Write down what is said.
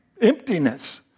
emptiness